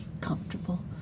comfortable